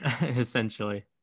essentially